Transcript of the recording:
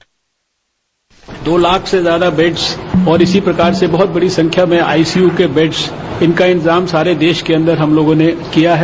bite दो लाख से ज्यादा बेड़स और इसी प्रकार से बहुत बड़ी संख्या में आईसीयू के बेड्स इनका इंतजाम सारे देश के अंदर हम लोगों ने किया है